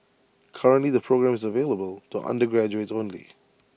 currently the programme is available to undergraduates only